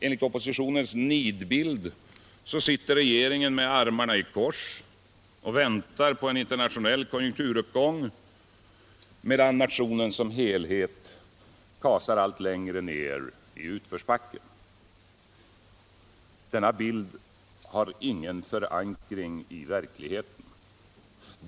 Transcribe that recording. Enligt oppositionens nidbild sitter regeringen med armarna i kors och väntar på en internationell konjunkturuppgång medan nationen som helhet kasar allt längre ner i utförsbacken. Denna bild har ingen förankring i verkligheten.